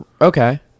Okay